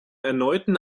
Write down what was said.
erneuten